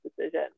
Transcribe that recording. decision